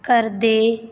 ਕਰਦੇ